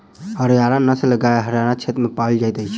हरयाणा नस्लक गाय हरयाण क्षेत्र में पाओल जाइत अछि